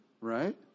right